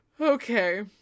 Okay